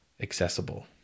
accessible